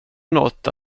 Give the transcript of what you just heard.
något